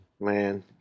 man